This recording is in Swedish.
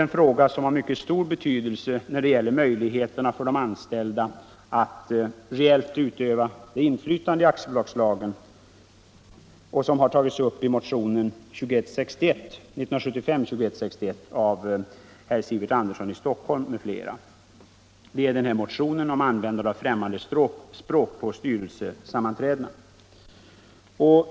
En fråga, som har mycket stor betydelse när det gäller möjligheterna för de anställda att reellt utöva det inflytande som stadgas i styrelserepresentationslagen, har tagits upp i motionen 1975:2161 av herr Sivert Andersson i Stockholm m.fl. Där berörs frågan om användande av främmande språk på styrelsesammanträden.